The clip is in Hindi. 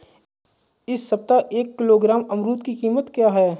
इस सप्ताह एक किलोग्राम अमरूद की कीमत क्या है?